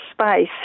space